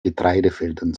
getreidefeldern